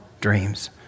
dreams